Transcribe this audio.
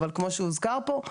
אבל כמו שהוזכר פה,